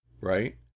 Right